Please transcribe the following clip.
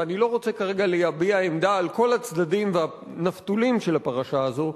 ואני לא רוצה כרגע להביע עמדה על כל הצדדים והנפתולים של הפרשה הזאת,